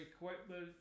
equipment